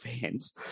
fans